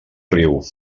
riu